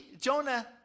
Jonah